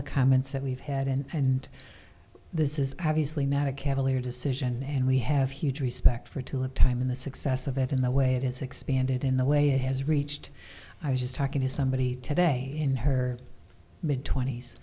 the comments that we've had and this is obviously not a cavalier decision and we have huge respect for tulip time and the success of it and the way it has expanded in the way it has reached i was just talking to somebody today in her mid twent